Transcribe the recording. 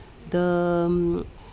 the mm